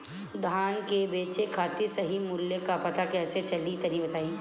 धान बेचे खातिर सही मूल्य का पता कैसे चली तनी बताई?